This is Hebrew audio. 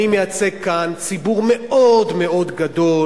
אני מייצג כאן ציבור מאוד גדול,